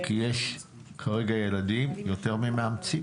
כי יש כרגע ילדים יותר ממאמצים.